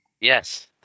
Yes